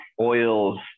oils